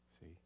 See